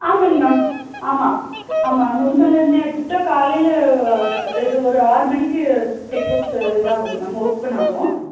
ஆமாம்ங்க மேம் ஆமாம் ஆமாம் முதுமலைன்னு எடுத்துக்கிட்டால் காலையில் இது ஒரு ஆறு மணிக்கு செக் போஸ்ட்டு இதா ஆகுங்க மேம் ஓப்பன் ஆகும்